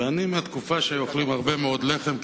ואני מהתקופה שהיו אוכלים הרבה מאוד לחם,